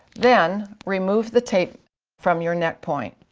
then, remove the tape from your neck point.